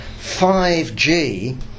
5G